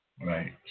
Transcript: Right